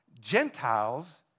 Gentiles